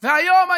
והיום,